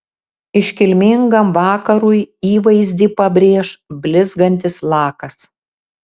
iškilmingam vakarui įvaizdį pabrėš blizgantis lakas